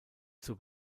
zur